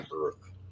Earth